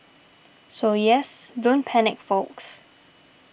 so yes don't panic folks